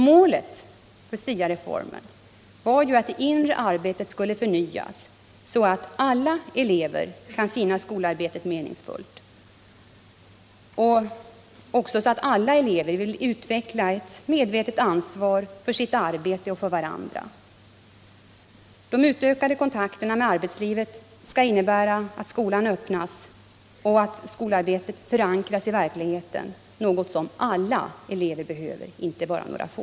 Målet för SIA-reformen var ju att det inre arbetet skulle förnyas så att alla elever kan finna skolarbetet meningsfullt och vill utveckla ett medvetet ansvar för sitt arbete och för varandra. De utökade kontakterna med arbetslivet skall innebära att skolan öppnas och att skolarbetet förankras i verkligheten, något som alla elever behöver — inte bara några få.